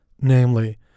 namely